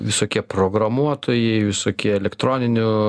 visokie programuotojai visokie elektroninių